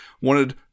wanted